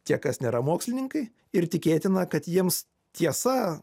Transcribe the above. tie kas nėra mokslininkai ir tikėtina kad jiems tiesa